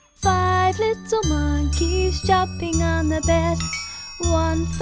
ah little monkeys jumping on the bed one